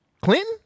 clinton